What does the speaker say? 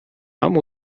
mam